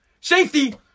Safety